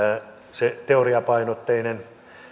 se teoriapainotteinen